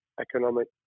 economic